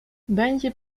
będzie